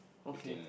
okay